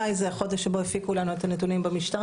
מאי זה החודש שבו הפיקו לנו את הנתונים במשטרה.